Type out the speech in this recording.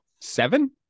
Seven